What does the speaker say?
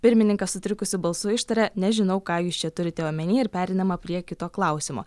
pirmininkas sutrikusiu balsu ištaria nežinau ką jūs čia turite omeny ir pereinama prie kito klausimo